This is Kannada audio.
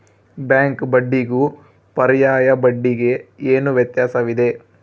ಬ್ಯಾಂಕ್ ಬಡ್ಡಿಗೂ ಪರ್ಯಾಯ ಬಡ್ಡಿಗೆ ಏನು ವ್ಯತ್ಯಾಸವಿದೆ?